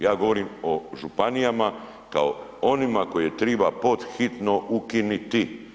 Ja govorim o županijama kao o onima koje triba pod hitno ukinuti.